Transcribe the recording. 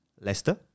Leicester